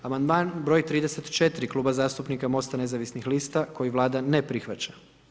Amandman broj 34 Kluba zastupnika Mosta nezavisnih lista koji Vlada ne prihvaća.